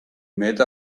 made